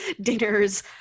dinners